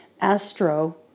Astro